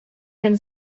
can